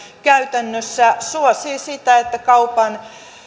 käytännössä suosii sitä että kaupan